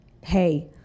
hey